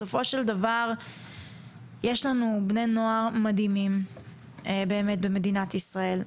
בסופו של דבר יש לנו בני נוער מדהימים במדינת ישראל,